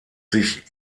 sich